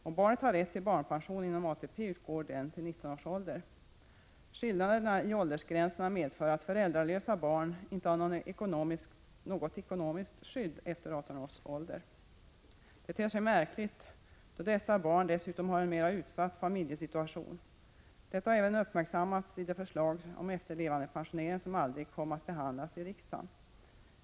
Om barnet har rätt till barnpension inom ATP utgår den till 19 års ålder. Skillnaderna i åldersgränserna medför att föräldralösa barn inte har något ekonomiskt skydd efter 18 års ålder. Detta ter sig märkligt då dessa barn dessutom har en mera utsatt familjesituation. Detta har även uppmärksammats i det förslag om efterlevandepensionering som aldrig kom att behandlas i riksdagen.